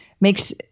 makes